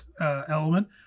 element